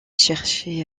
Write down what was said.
cherchait